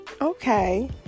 Okay